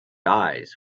eyes